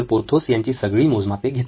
Porthos यांची सगळी मोजमापे घेतली